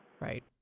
Right